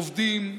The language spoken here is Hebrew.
עובדים,